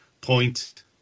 point